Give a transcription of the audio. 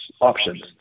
options